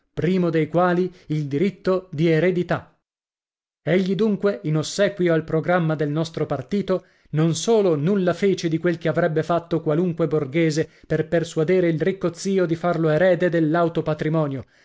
primo dei quali il diritto di eredità egli dunque in ossequio al programma del nostro partito non solo nulla fece di quel che avrebbe fatto qualunque borghese per persuadere il ricco zio di farlo erede del lauto patrimonio